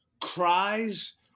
cries